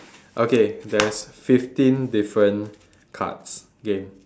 okay there's fifteen different cards game